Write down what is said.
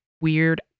weird